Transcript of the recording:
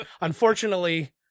Unfortunately